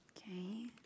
Okay